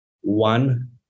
one